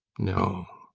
no!